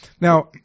Now